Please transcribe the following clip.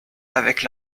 avec